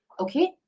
Okay